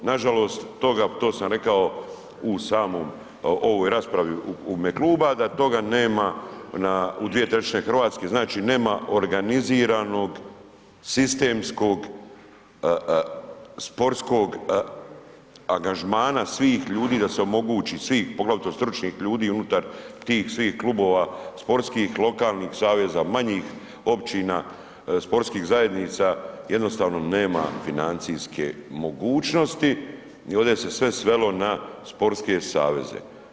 Nažalost, toga, to sam rekao u samom ovoj raspravi u ime kluba da toga nema na, u 2/3 RH, znači nema organiziranog sistemskog sportskog angažmana svih ljudi da se omogući, svih, poglavito stručnih ljudi unutar tih svih klubova, sportskih, lokalnih saveza, manjih općina, sportskih zajednica, jednostavno nema financijske mogućnosti i ovdje se sve svelo na sportske saveze.